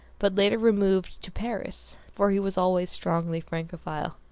but later removed to paris, for he was always strongly francophile.